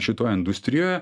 šitoj industrijoje